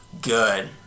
good